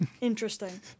interesting